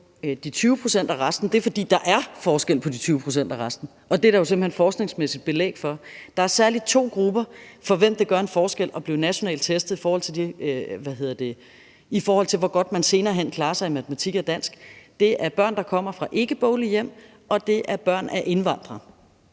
de 20 pct. og resten, er, at der er forskel på de 20 pct. og resten. Det er der jo simpelt hen forskningsmæssigt belæg for. Der er særlig to grupper, for hvem det gør en forskel at blive nationalt testet, i forhold til hvor godt man senere hen klarer sig i matematik og dansk: Det er børn, der kommer fra ikkeboglige hjem, og det er børn af indvandrere.